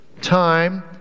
time